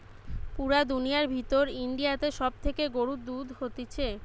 পুরা দুনিয়ার ভিতর ইন্ডিয়াতে সব থেকে গরুর দুধ হতিছে